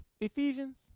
Ephesians